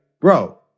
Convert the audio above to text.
bro